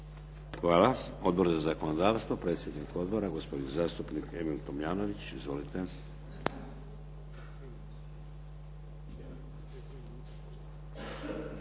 Hvala. Odbor za zakonodavstvo, predsjednik odbora gospodin zastupnik Emil Tomljanović. Izvolite.